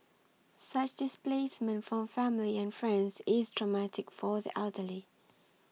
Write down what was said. such displacement from family and friends is traumatic for the elderly